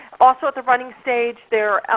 also at the running stage,